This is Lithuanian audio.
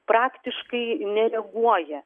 praktiškai nereaguoja